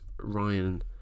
Ryan